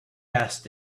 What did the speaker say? asked